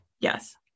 Yes